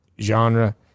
genre